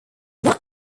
not